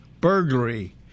burglary